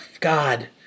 God